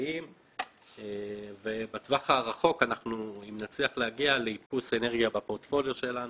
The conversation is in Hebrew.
כלכליים ובטווח הרחוק אם נצליח להגיע לאיפוס אנרגיה בפורטפוליו שלנו,